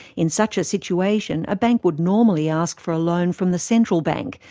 in such a situation, a bank would normally ask for a loan from the central bank,